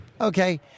Okay